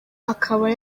akaba